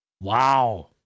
Wow